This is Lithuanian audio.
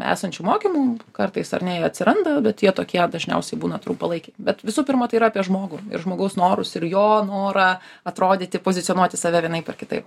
esančių mokymų kartais ar ne jie atsiranda bet jie tokie dažniausiai būna trumpalaikiai bet visų pirma tai yra apie žmogų ir žmogaus norus ir jo norą atrodyti pozicionuoti save vienaip ar kitaip